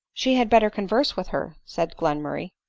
she had better converse with her, said glenmurray.